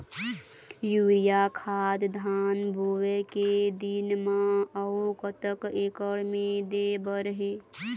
Urea खाद धान बोवे के दिन म अऊ कतक एकड़ मे दे बर हे?